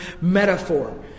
metaphor